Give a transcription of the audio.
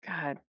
god